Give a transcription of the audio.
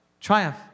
Triumph